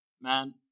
man